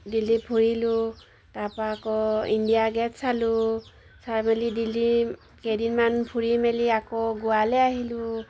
দিল্লী ফুৰিলোঁ তাৰপা আকৌ ইণ্ডিয়া গে'ট চালোঁ চাই মেলি দিল্লী কেইদিনমান ফুৰি মেলি আকৌ গোৱালৈ আহিলোঁ